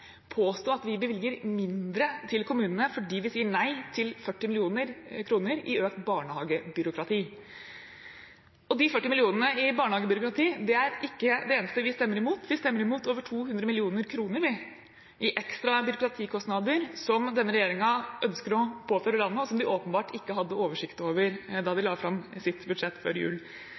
påstå at vi bevilger mindre til kommunene fordi vi sier nei til 40 mill. kr i økt barnehagebyråkrati. 40 mill. kr i barnehagebyråkrati er ikke det eneste vi stemmer imot. Vi stemmer imot over 200 mill. kr i ekstra byråkratikostnader som denne regjeringen ønsker å påføre landet, og som de åpenbart ikke hadde oversikt over da de la fram sitt budsjett før jul.